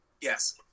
Yes